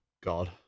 God